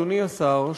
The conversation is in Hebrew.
אדוני השר,